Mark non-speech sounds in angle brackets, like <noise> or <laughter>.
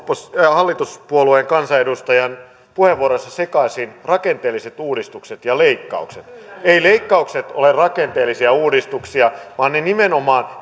hallituspuolueen kansanedustajan puheenvuoroissa sekaisin rakenteelliset uudistukset ja leikkaukset eivät leikkaukset ole rakenteellisia uudistuksia vaan ne nimenomaan <unintelligible>